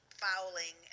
fouling